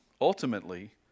ultimately